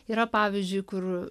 yra pavyzdžiui kur